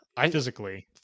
Physically